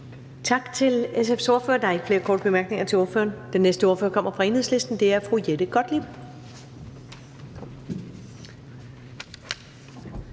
Tak til SF's ordfører. Der er ikke flere korte bemærkninger til ordføreren. Den næste ordfører kommer fra Enhedslisten, og det er fru Jette Gottlieb.